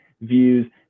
views